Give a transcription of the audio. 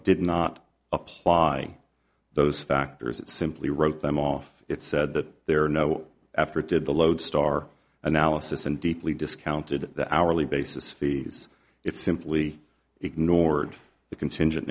did not apply those factors it simply wrote them off it said that there are no after it did the lodestar analysis and deeply discounted the hourly basis fees it simply ignored the contingent